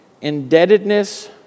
Indebtedness